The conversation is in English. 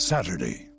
Saturday